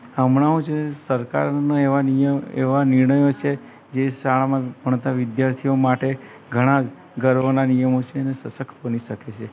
હમણાં હું છે સરકારને એવા નિર્ણયો છે જે શાળામાં ભણતા વિદ્યાર્થીઓ માટે ઘણા ગર્વના નિયમો સેને સશક્ત બની શકે છે